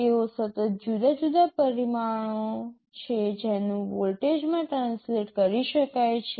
તેઓ સતત જુદા જુદા પરિમાણો છે જેનું વોલ્ટેજમાં ટ્રાન્સલેટ કરી શકાય છે